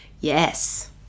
Yes